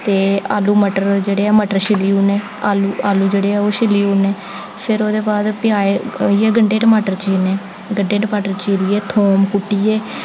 ते आलू मटर जेह्ड़े मटर छिल्ली औने आलू जेह्ड़े ऐ ओह् छिल्ली औने फिर ओह्दे बाद प्याज होइये गंडे टमाटर चीरने गंडे टमाटर चीरियै थूम कुट्टियै